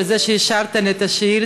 על שאישרת לי את השאילתה.